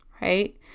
right